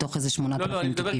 מתוך איזה 8,000 תיקים.